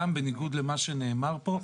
גם בניגוד למה שנאמר פה,